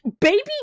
Baby